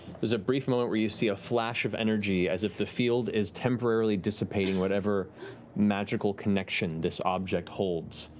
there's a brief moment where you see a flash of energy as if the field is temporarily dissipating whatever magical connection this object holds.